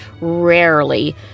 rarely